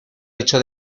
hecho